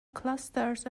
clusters